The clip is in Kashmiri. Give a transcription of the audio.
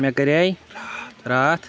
مےٚ کَرے راتھ